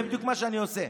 זה בדיוק מה שאני עושה.